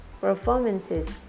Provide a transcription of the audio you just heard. performances